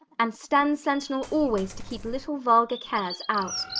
and stand sentinel always to keep little vulgar cares out.